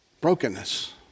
Brokenness